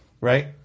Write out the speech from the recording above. Right